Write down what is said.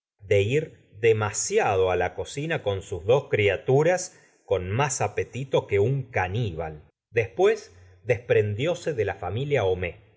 de ir demasiado á la cocina con sus dos criaturas con más apetito que un caníbal después desprendióse de la familia homa s